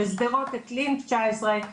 בשדרות את לינק 19,